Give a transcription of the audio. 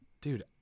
dude